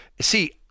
see